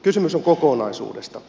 kysymys on kokonaisuudesta